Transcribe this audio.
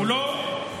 בואו ננסה.